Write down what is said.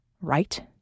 right